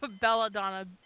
Belladonna